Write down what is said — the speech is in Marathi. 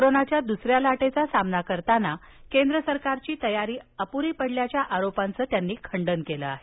कोरोनाच्या दुसऱ्या लाटेचा सामना करताना केंद्र सरकारची तयारी अपुरी पडल्याच्या आरोपांचं त्यांनी खंडन केलं आहे